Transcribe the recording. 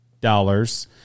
dollars